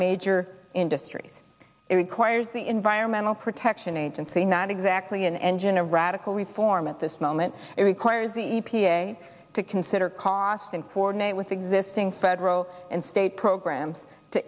major industries it requires the environmental protection agency not exactly an engine of radical reform at this moment it requires the e p a to consider cost and ford with existing federal and state programs to